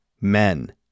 men